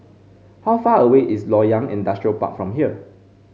how far away is Loyang Industrial Park from here